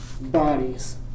bodies